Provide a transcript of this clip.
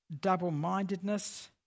double-mindedness